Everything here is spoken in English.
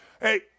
Hey